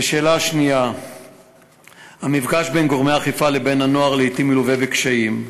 2. המפגש בין גורמי האכיפה לבין הנוער מלווה לעתים בקשיים.